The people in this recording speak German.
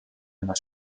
einer